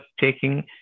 taking